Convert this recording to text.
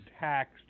taxed